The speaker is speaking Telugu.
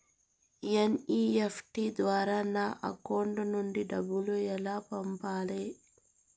ఎన్.ఇ.ఎఫ్.టి ద్వారా నా అకౌంట్ నుండి డబ్బులు ఎలా పంపాలి